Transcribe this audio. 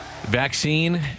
Vaccine